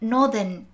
Northern